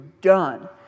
done